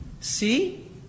See